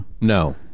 No